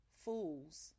Fools